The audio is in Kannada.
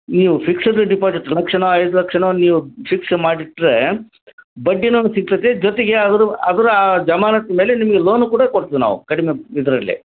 ನೀವು ಫಿಕ್ಸಡ್ ಡಿಪಾಸಿಟ್ ಲಕ್ಷನೊ ಐದು ಲಕ್ಷನೊ ನೀವು ಫಿಕ್ಸ್ ಮಾಡಿಟ್ರೆ ಬಡ್ಡಿನು ಸಿಗತ್ತೆ ಜೊತೆಗೆ ಅದ್ರ ಅದ್ರ ಜಮಾನತ್ ಮೇಲೆ ನಿಮಗೆ ಲೋನು ಕೂಡ ಕೊಡ್ತಿವಿ ನಾವು ಕಡಿಮೆ ಇದರಲ್ಲಿ